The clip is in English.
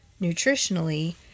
nutritionally